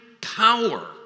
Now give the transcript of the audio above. power